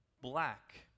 black